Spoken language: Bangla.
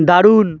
দারুণ